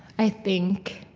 i think,